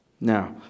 Now